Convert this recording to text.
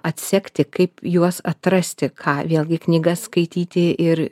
atsekti kaip juos atrasti ką vėlgi knygas skaityti ir